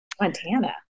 Montana